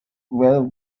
well